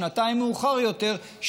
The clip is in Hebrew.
שנתיים מאוחר יותר,